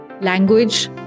language